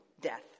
death